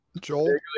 Joel